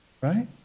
Right